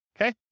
okay